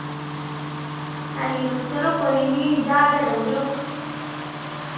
ढाई किल्लो चलो कोई निं ज्हार रपेआ देई ओड़ेओ